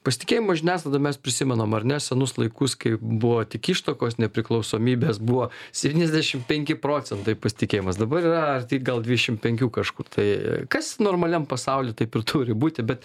pasitikėjimas žiniasklaida mes prisimenam ar ne senus laikus kai buvo tik ištakos nepriklausomybės buvo septyniasdešimt penki procentai pasitikėjimas dabar yra arti gal dvidešimt penkių kažkur tai kas normaliam pasauly taip ir turi būti bet